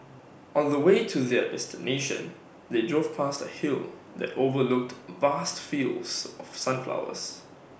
on the way to their destination they drove past A hill that overlooked vast fields of sunflowers